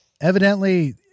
evidently